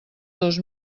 dos